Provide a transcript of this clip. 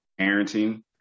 parenting